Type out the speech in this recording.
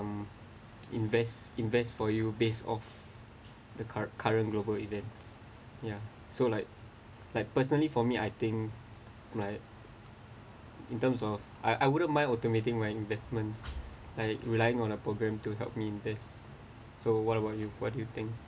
um invest invest for you base of the cur~ current global events ya so like like personally for me I think like in terms of I I wouldn't mind automating my investments like relying on a program to help me invest so what about you what do you think